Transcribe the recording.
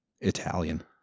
italian